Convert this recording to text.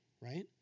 right